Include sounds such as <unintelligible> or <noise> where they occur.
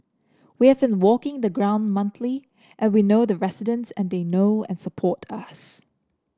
we have <unintelligible> walking the ground monthly and we know the residents and they know and support us